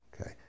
okay